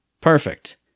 perfect